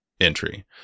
entry